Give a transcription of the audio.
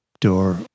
door